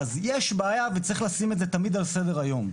אז יש בעיה, וצריך לשים את זה תמיד על סדר היום,